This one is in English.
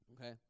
okay